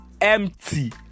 empty